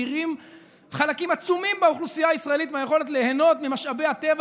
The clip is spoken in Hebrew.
מדירים חלקים עצומים באוכלוסייה הישראלית מהיכולת ליהנות ממשאבי הטבע